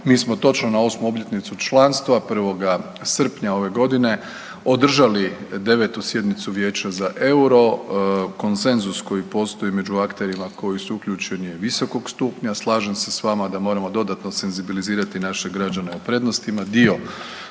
mi smo točno na 8. obljetnicu članstva, 1. srpnja ove godine održali 9. sjednicu Vijeća za euro, konsenzus koji postoji među akterima koji su uključeni je visokog stupnja. Slažem se s vama da moramo dodatno senzibilizirati naše građane o prednostima,